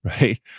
Right